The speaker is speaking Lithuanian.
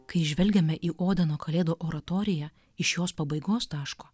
kai žvelgiame į odeno kalėdų oratoriją iš jos pabaigos taško